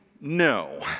no